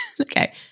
Okay